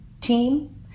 team